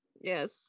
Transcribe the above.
Yes